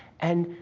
and,